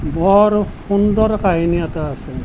বৰ সুন্দৰ কাহিনী এটা আছে